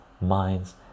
minds